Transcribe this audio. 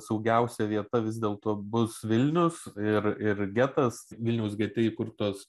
saugiausia vieta vis dėlto bus vilniaus ir ir getas vilniaus gete įkurtos